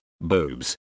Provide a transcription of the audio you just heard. Boobs